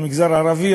המגזר הערבי,